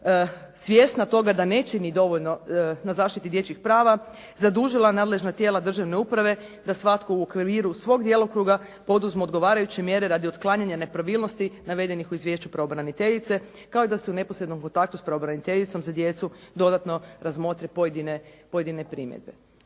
svjesna toga da ne čini dovoljno na zaštiti dječjih prava, zadužila je nadležna tijela državne uprave da svatko u okviru svog djelokruga poduzmu odgovarajuće mjere radi otklanjanja nepravilnosti navedenih u izvješću pravobraniteljice kao i da su u neposrednom kontaktu s pravobraniteljicom za djecu dodatno razmotre pojedine primjedbe.